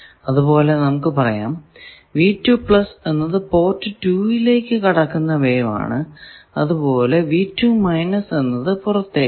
അതുപോലെ നമുക്ക് പറയാം എന്നത് പോർട്ട് 2 ലേക്ക് കടക്കുന്ന വേവ് ആണ് അതുപോലെ എന്നത് പുറത്തേക്കും